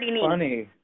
funny